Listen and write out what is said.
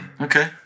Okay